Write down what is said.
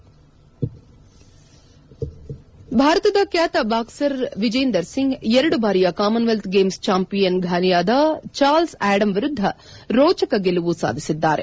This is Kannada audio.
ಹೆಡ್ ಭಾರತದ ಖ್ಯಾತ ಬಾಕ್ಸರ್ ವಿಜೇಂದರ್ ಸಿಂಗ್ ಎರಡು ಬಾರಿಯ ಕಾಮನ್ವೆಲ್ತ್ ಗೇಮ್ಸ್ ಚಾಂಪಿಯನ್ ಫಾನಿಯಾದ ಚಾರ್ಲ್ಸ್ ಆ್ಲಡಮು ವಿರುದ್ದ ರೋಚಕ ಗೆಲುವು ಸಾಧಿಸಿದ್ದಾರೆ